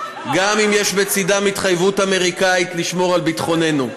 גם אם יש בצידן התחייבות אמריקנית לשמור על ביטחוננו.